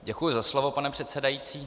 Děkuji za slovo, pane předsedající.